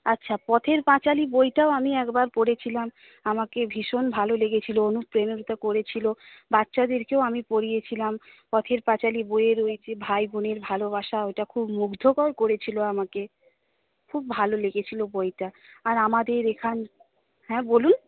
আচ্ছা পথের পাঁচালী বইটাও আমি একবার পড়েছিলাম আমাকে ভীষণ ভালো লেগেছিল করেছিল বাচ্চাদেরকেও আমি পড়িয়েছিলাম পথের পাঁচালী বইয়ের ওই যে ভাই বোনের ভালোবাসা ওইটা খুব মুগ্ধকর করেছিল আমাকে খুব ভালো লেগেছিল বইটা আর আমাদের এখান হ্যাঁ বলুন